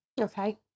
Okay